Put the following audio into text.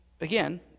again